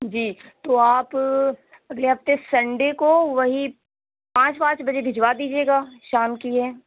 جی تو آپ اگلے ہفتے سنڈے کو وہی پانچ وانچ بجے بھیجوا دیجیے گا شام کی ہے